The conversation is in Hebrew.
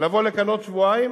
לבוא לכאן בעוד שבועיים